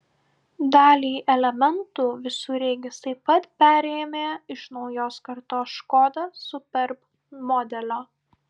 dalį elementų visureigis taip pat perėmė iš naujos kartos škoda superb modelio